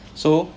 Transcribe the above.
so